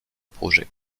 projets